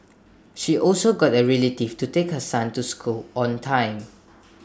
she also got A relative to take her son to school on time